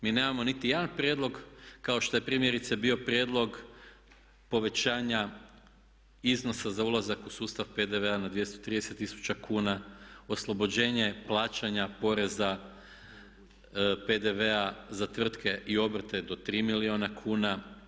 Mi nemamo niti jedan prijedlog kao što je primjerice bio prijedlog povećanja iznosa za ulazak u sustav PDV-a na 230 tisuća kuna, oslobođenje plaćanja poreza PDV-a za tvrtke i obrte do 3 milijuna kuna.